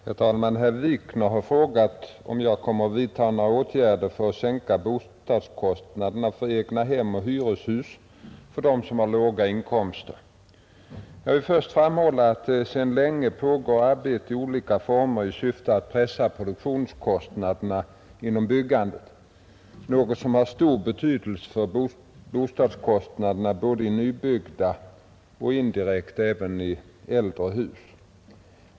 Herr talman! Herr Wikner har frågat om jag kommer att vidtaga några åtgärder för att sänka bostadskostnaden för egnahem och hyreshus för dem som har låga inkomster. Jag vill först framhålla att det sedan länge pågår arbete i olika former i syfte att pressa produktionskostnaderna inom byggandet, något som har stor betydelse för bostadskostnaderna både i nybyggda och, indirekt, även i äldre hus.